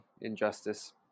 injustice